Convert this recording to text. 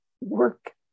work